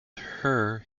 her